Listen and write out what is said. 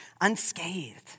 unscathed